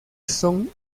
son